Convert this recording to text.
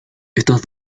estas